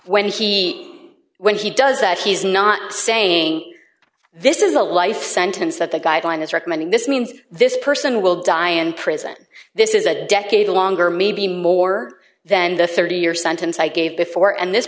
when he when he does that he's not saying this is a life sentence that the guideline is recommending this means this person will die in prison this is a decade or longer maybe more than the thirty year sentence i gave before and this